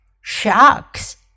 sharks